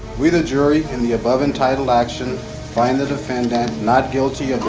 we the jury in the above-entitled action find the defendant not guilty